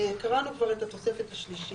קראנו כבר את התוספת השלישית.